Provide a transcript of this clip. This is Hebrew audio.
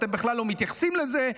אתם בכלל לא מתייחסים לזה.